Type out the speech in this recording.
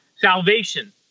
salvation